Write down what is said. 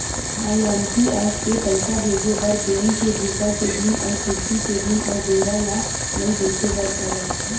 IMPS से पइसा भेजे बर बेंक के बूता के दिन अउ छुट्टी के दिन अउ बेरा ल नइ देखे बर परय